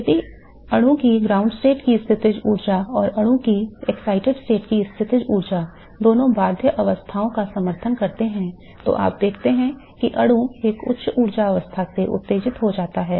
यदि अणु की ग्राउंड स्टेट की स्थितिज ऊर्जा और अणु की उत्तेजित अवस्था की स्थितिज ऊर्जा दोनों बाध्य अवस्थाओं का समर्थन करते हैं तो आप देखते हैं कि अणु एक उच्च ऊर्जा अवस्था में उत्तेजित हो जाता है